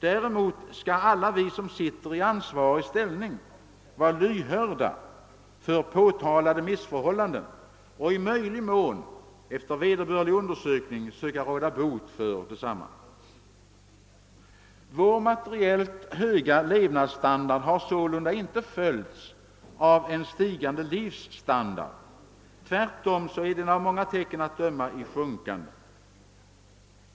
Däremot skall alla vi som sitter i ansvarig ställning vara lyhörda för påtalade missförhållanden och i möjlig mån efter vederbörlig undersökning försöka råda bot för desamma. Vår materiellt höga levnadsstandard har sålunda inte följts av en stigande livsstandard; tvärtom är den av många tecken att döma i sjunkande.